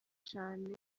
cane